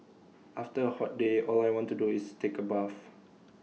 after A hot day all I want to do is take A bath